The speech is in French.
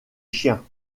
chiens